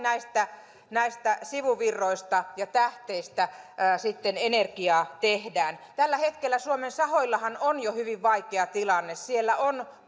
vain näistä sivuvirroista ja tähteistä sitten tehdään energiaa jo tällä hetkellähän suomen sahoilla on hyvin vaikea tilanne siellä on